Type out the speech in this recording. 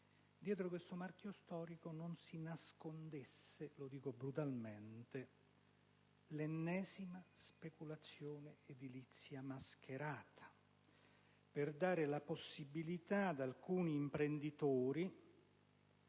ripeto, unico nel mondo - non si nascondesse - lo dico brutalmente - l'ennesima speculazione edilizia mascherata per dare la possibilità ad alcuni imprenditori